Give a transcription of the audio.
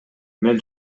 мен